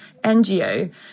NGO